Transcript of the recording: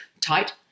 Tight